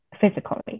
physically